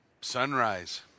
sunrise